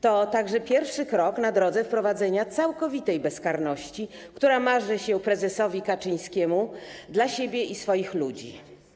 To także pierwszy krok na drodze do wprowadzenia całkowitej bezkarności, która marzy się prezesowi Kaczyńskiemu, dla siebie i swoich ludzi.